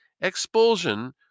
expulsion